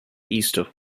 easter